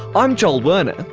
i'm joel werner,